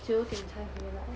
九点才回来